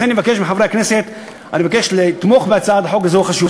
לכן אני מבקש מחברי הכנסת לתמוך בהצעת החוק הזאת,